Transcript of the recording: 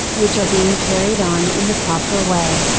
which are being carried on in the proper way.